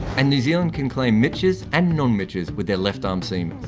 and new zealand can claim mitch's and non-mitches with their left arm seam,